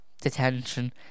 detention